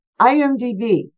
IMDb